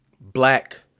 Black